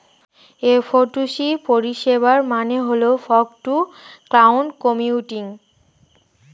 F two C পরিষেবার মানে হল ফগ টু ক্লাউড কম্পিউটিং